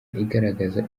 igaragaza